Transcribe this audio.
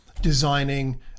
designing